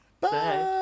Bye